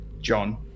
John